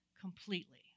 completely